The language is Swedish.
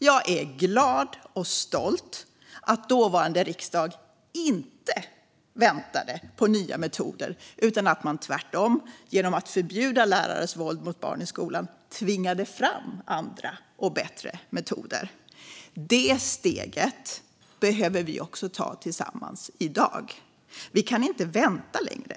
Jag är glad och stolt att dåvarande riksdag inte väntade på nya metoder utan att man tvärtom, genom att förbjuda lärares våld mot barn i skolan, tvingade fram andra och bättre metoder. Det steget behöver vi ta tillsammans även i dag. Vi kan inte vänta längre.